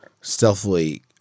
stealthily